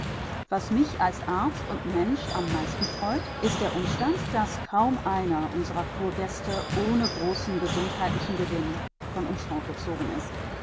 was mich als arzt und mensch am meisten freut ist der umstand daß kaum einer unserer kurgäste ohne großen gesundheitlichen gewinn von uns fortgezogen ist